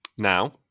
Now